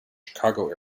chicago